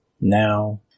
Now